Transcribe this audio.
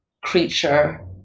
creature